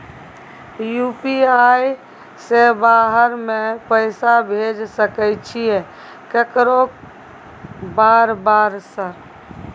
UPI से बाहर में पैसा भेज सकय छीयै केकरो बार बार सर?